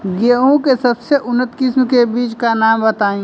गेहूं के सबसे उन्नत किस्म के बिज के नाम बताई?